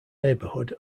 neighborhood